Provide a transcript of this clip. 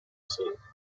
sing